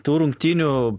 tų rungtynių